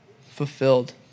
fulfilled